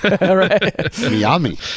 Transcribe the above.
Miami